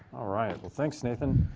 all right, well thanks, nathan.